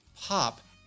pop